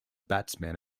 batsmen